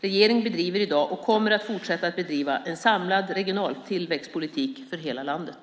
Regeringen bedriver i dag och kommer att fortsätta att bedriva en samlad regional tillväxtpolitik för hela landet.